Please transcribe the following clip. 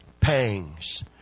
pangs